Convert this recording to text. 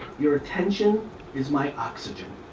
your attention is my oxygen.